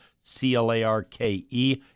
c-l-a-r-k-e